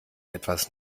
etwas